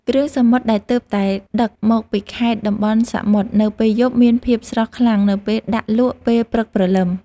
គ្រឿងសមុទ្រដែលទើបតែដឹកមកពីខេត្តតំបន់សមុទ្រនៅពេលយប់មានភាពស្រស់ខ្លាំងនៅពេលដាក់លក់ពេលព្រឹកព្រលឹម។